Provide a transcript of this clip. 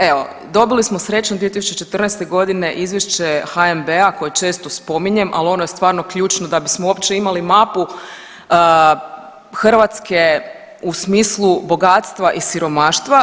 Evo, dobili smo srećom 2014. godine izvješće HNB-a koje često spominjem, ali ono je stvarno ključno da bismo uopće imali mapu Hrvatske u smislu bogatstva i siromaštva.